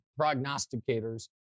prognosticators